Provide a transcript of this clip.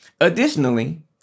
Additionally